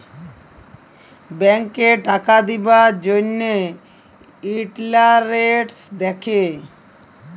ব্যাংকে টাকা দিবার জ্যনহে ইলটারেস্ট দ্যাখে